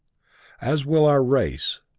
as will our race.